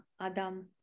Adam